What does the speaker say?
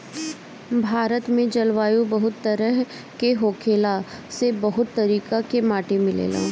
भारत में जलवायु बहुत तरेह के होखला से बहुत तरीका के माटी मिलेला